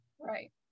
Right